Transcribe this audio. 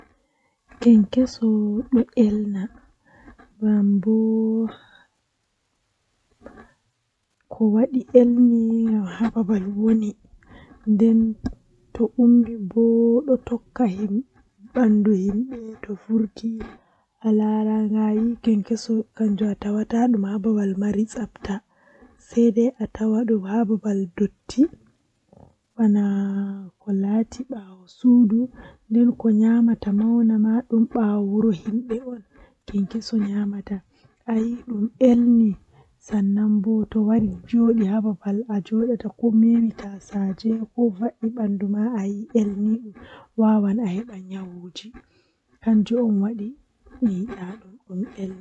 Ndikkina mi mi siga innde am jei aran jei mimari jotta ngam indde man innde manga on masin nden mi don nana beldum innde man masin nden komoi andi am be innde mai amma tomivi mi canjam innde man dum sungulla feere on manga nden mi anda inde toi ma mi indata hoore am ngam mi tokkan midon canja innde dereji am fu ayi do sungullah feere on manga